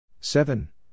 Seven